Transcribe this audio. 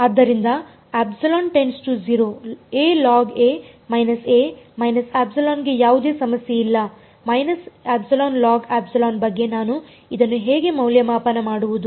ಆದ್ದರಿಂದ ಗೆ ಯಾವುದೇ ಸಮಸ್ಯೆ ಇಲ್ಲ ಬಗ್ಗೆ ನಾನು ಇದನ್ನು ಹೇಗೆ ಮೌಲ್ಯಮಾಪನ ಮಾಡುವುದು